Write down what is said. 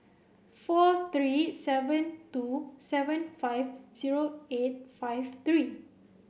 four three seven two seven five zero eight five three